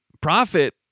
profit